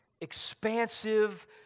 expansive